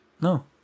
No